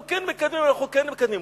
אנחנו כן מקדמים, אנחנו כן מקדמים.